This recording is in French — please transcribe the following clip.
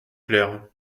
claire